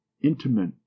intimate